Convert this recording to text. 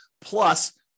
plus